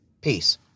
Peace